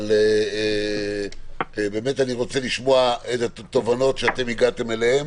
אבל אני באמת רוצה לשמוע את התובנות אליהן הגעתם